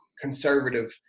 conservative